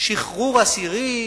שחרור אסירים,